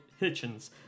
Hitchens